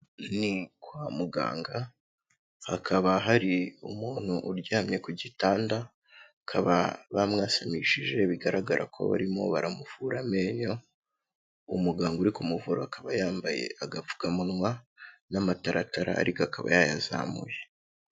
Ni kwa muganga, hakaba hari umuntu uryamye ku gitanda, bakaba bamwasamishije bigaragara ko barimo baramuvura amenyo, umuganga uri kumuvura akaba yambaye agapfukamunwa n'amataratara ariko akaba yayazamuye.